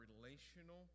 relational